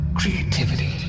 creativity